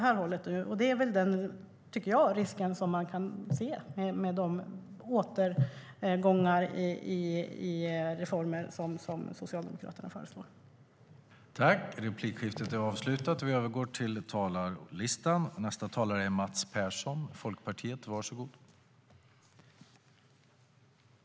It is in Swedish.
Det är risken som man kan se med de återgångar i reformer som Socialdemokraterna föreslår.